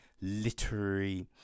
literary